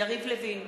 יריב לוין,